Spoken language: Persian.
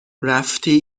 رفتی